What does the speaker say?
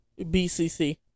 BCC